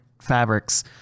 fabrics